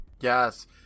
Yes